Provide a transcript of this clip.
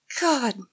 God